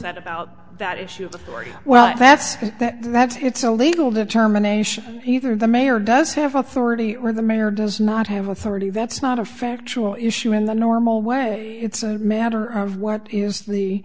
that about that issue very well that's that's it's a legal determination either the mayor does have authority or the mayor does not have authority that's not a factual issue in the normal way it's a matter of what is the